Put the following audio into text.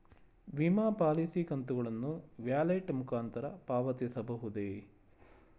ವಿಮಾ ಪಾಲಿಸಿ ಕಂತುಗಳನ್ನು ವ್ಯಾಲೆಟ್ ಮುಖಾಂತರ ಪಾವತಿಸಬಹುದೇ?